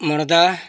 ᱢᱚᱲᱚᱫᱟ